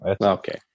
Okay